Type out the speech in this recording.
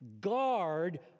Guard